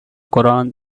koran